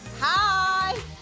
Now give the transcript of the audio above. Hi